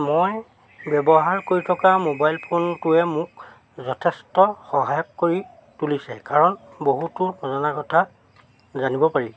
মই ব্যৱহাৰ কৰি থকা মোবাইল ফোনটোৱে মোক যথেষ্ট সহায়ক কৰি তুলিছে কাৰণ বহুতো নজনা কথা জানিব পাৰি